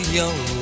young